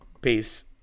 peace